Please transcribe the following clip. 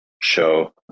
show